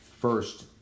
first